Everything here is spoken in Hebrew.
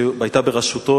שהיתה בראשותו,